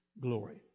glory